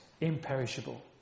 imperishable